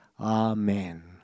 Amen